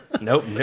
Nope